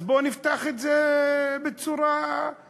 אז בואו נפתח את זה בצורה אגרסיבית.